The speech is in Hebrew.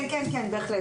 כן, בהחלט.